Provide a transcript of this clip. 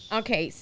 okay